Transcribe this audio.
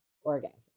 orgasm